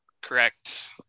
correct